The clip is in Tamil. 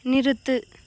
நிறுத்து